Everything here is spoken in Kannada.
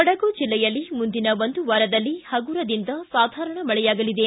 ಕೊಡುಗು ಜಿಲ್ಲೆಯಲ್ಲಿ ಮುಂದಿನ ಒಂದು ವಾರದಲ್ಲಿ ಪಗುರದಿಂದ ಸಾಧಾರಣ ಮಳೆಯಾಗಲಿದೆ